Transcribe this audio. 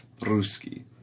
Ruski